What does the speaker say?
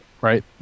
right